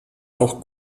auch